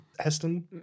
Heston